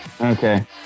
Okay